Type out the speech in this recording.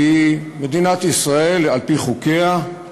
כי מדינת ישראל, על-פי חוקיה,